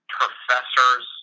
professors